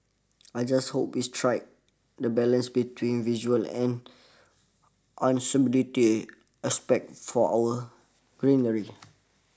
I just hope we strike the balance between visual and usability aspects for our greenery